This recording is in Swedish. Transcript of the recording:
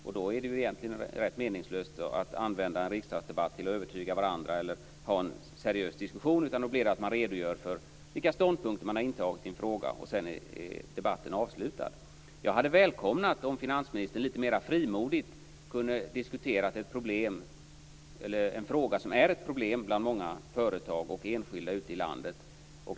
Och då är det ju egentligen rätt meningslöst att använda en riksdagsdebatt till att övertyga varandra eller att ha en seriös diskussion, utan då blir det att man redogör för vilka ståndpunkter som man har intagit i en fråga. Och sedan är debatten avslutad. Jag hade välkomnat om finansministern lite mer frimodigt hade kunnat diskutera en fråga som är ett problem bland många företag och enskilda ute i landet.